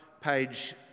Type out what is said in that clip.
page